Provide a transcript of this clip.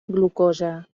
glucosa